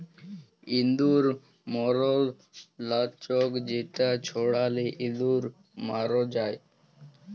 ইঁদুর ম্যরর লাচ্ক যেটা ছড়ালে ইঁদুর ম্যর যায়